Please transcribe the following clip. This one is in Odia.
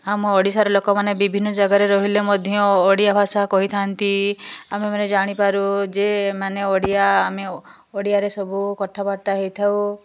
ଆମ ଓଡ଼ିଶାରେ ଲୋକମାନେ ବିଭିନ୍ନ ଜାଗାରେ ରହିଲେ ମଧ୍ୟ ଓଡ଼ିଆ ଭାଷା କହିଥାଆନ୍ତି ଆମେମାନେ ଜାଣିପାରୁ ଯେ ଏମାନେ ଓଡ଼ିଆ ଆମେ ଓଡ଼ିଆରେ ସବୁ କଥାବାର୍ତ୍ତା ହେଇଥାଉ